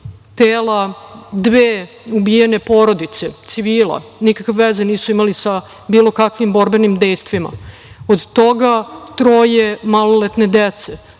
tela dve ubijene porodice civila, nikakve veze nisu imali sa bilo kakvim borbenim dejstvima, od toga troje maloletne dece